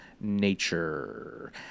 nature